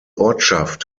ortschaft